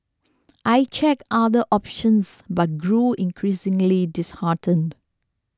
I checked other options but grew increasingly disheartened